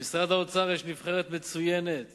במשרד האוצר יש נבחרת מצוינת